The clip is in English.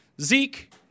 Zeke